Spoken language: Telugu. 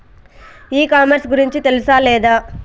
ఈ కామర్స్ గురించి తెలుసా లేదా?